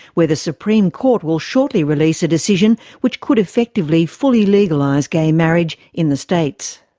where the supreme court will shortly release a decision which could effectively fully legalise gay marriage in the states.